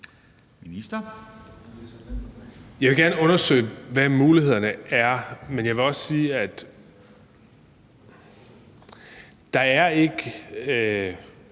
Jeg vil gerne undersøge, hvad mulighederne er, men jeg vil også sige, at der er forskel.